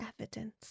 evidence